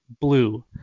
blue